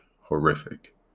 horrific